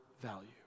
value